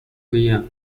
area